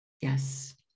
Yes